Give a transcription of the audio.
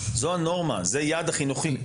זה היעד החינוכי.